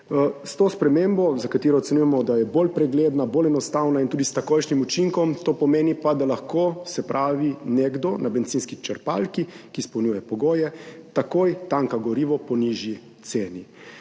S to spremembo, za katero ocenjujemo, da je bolj pregledna, bolj enostavna in tudi s takojšnjim učinkom, to pomeni pa, da lahko nekdo na bencinski črpalki, ki izpolnjuje pogoje, takoj natoči gorivo po nižji ceni.